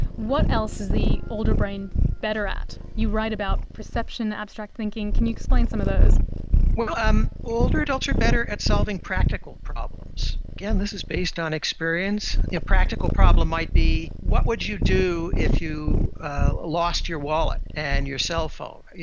what else is the older brain better at? you write about perception, abstract thinking, can you explain some of those well, um older adults are better at solving practical problems. again, this is based on experience. a practical problem might be what would you do if you lost your wallet and your cell phone,